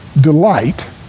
delight